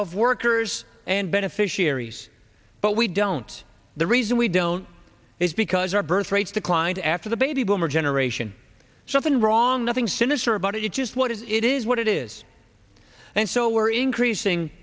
of workers and beneficiaries but we don't the reason we don't is because our birth rates declined after the baby boomer generation something wrong nothing sinister about it just what it is what it is and so we're increasing